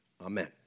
amen